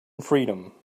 freedom